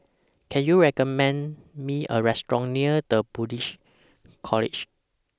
Can YOU recommend Me A Restaurant near The Buddhist College